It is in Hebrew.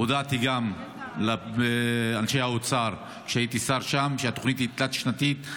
הודעתי גם לאנשי האוצר כשהייתי שר שם שהתוכנית היא תלת-שנתית.